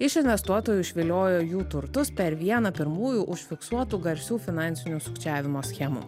iš investuotojų išviliojo jų turtus per vieną pirmųjų užfiksuotų garsių finansinio sukčiavimo schemų